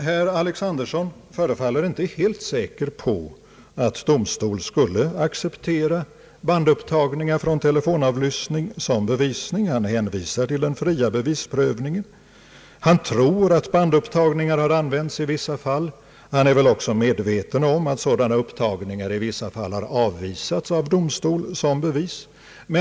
Herr Alexanderson förefaller inte helt säker på att domstol skulle acceptera bandupptagningar från telefonavlyssning som bevisning. Han hänvisar till den fria bevisprövningen. Han tror att bandupptagningar har använts i vissa fall. Han är väl också medveten om att sådana upptagningar i vissa fall har avvisats av domstol som bevis.